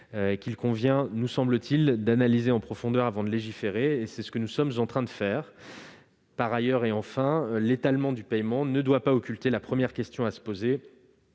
qu'il convient, nous semble-t-il, d'analyser en profondeur avant de légiférer, et c'est ce que nous sommes en train de faire. Par ailleurs, l'étalement du paiement ne doit pas occulter la première question à se poser,